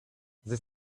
this